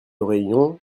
réunion